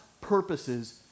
purposes